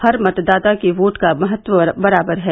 हर मतदाता के वोट का महत्व बराबर है